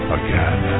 again